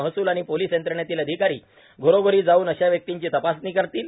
महसूल आणि पोलीस यंत्रणेतील अधिकारी घरोघरी जाऊन अशा व्यक्तींची तपासणी करतील